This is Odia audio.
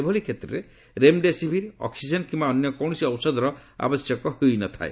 ଏଭଳି କ୍ଷେତ୍ରରେ ରେମ୍ଡେସିଭିର୍ ଅକ୍କିକେନ୍ କିମ୍ବା ଅନ୍ୟ କୌଣସି ଔଷଧର ଆବଶ୍ୟକ ହୋଇ ନ ଥାଏ